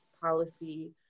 policy